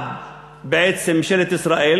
בעצם ממשלת ישראל?